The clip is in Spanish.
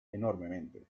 enormemente